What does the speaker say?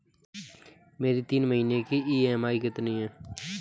मेरी तीन महीने की ईएमआई कितनी है?